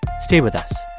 stay with us